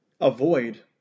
avoid